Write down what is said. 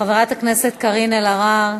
חברת הכנסת קארין אלהרר,